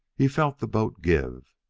he felt the boat give,